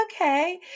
okay